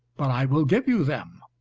but i will give you them.